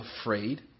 afraid